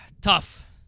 tough